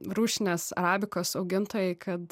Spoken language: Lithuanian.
rūšinės arabikos augintojai kad